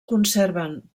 conserven